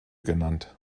genannt